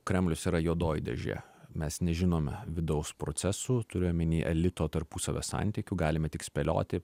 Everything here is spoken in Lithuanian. kremlius yra juodoji dėžė mes nežinome vidaus procesų turiu omeny elito tarpusavio santykių galime tik spėlioti